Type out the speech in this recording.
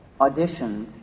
auditioned